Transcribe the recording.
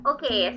Okay